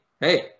hey